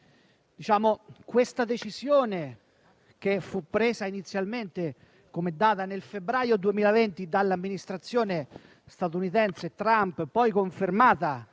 afgano. Tale decisione che fu presa inizialmente nel febbraio 2020 dall'Amministrazione statunitense di Trump, poi confermata